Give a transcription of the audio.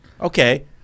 Okay